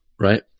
right